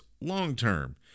long-term